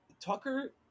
Tucker